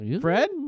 Fred